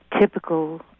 Typical